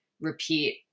repeat